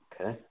Okay